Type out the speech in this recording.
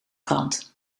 krant